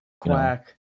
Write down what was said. quack